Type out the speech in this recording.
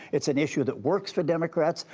it's an issue that works for democrats.